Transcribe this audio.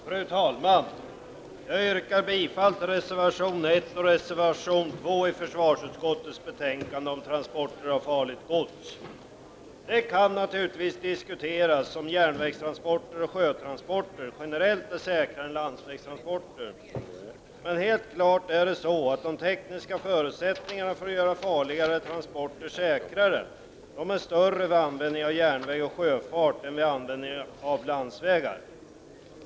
Fru talman! Jag yrkar bifall till reservationerna 1 Det kan naturligtvis diskuteras om järnvägstransporter och sjötransporter generellt är säkrare än landsvägstransporter. Helt klart är de tekniska förutsättningarna för att göra farliga transporter säkrare större vid användning av järnväg och sjöfart än vid användning av landsvägar.